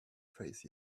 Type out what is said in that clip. face